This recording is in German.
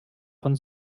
von